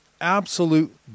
absolute